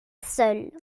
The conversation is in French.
seul